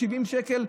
70 שקל,